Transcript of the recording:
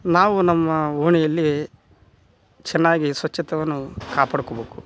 ನಾವು ನಮ್ಮ ಓಣಿಯಲ್ಲಿ ಚೆನ್ನಾಗಿ ಶುಚ್ಛಿತವನ್ನು ಕಾಪಾಡ್ಕೊಬೇಕು